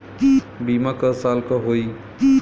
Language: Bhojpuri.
बीमा क साल क होई?